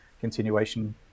continuation